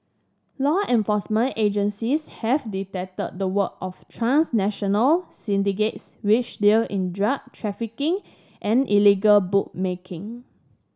law enforcement agencies have detected the work of transnational syndicates which deal in drug trafficking and illegal bookmaking